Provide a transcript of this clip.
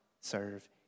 serve